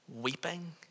weeping